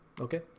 okay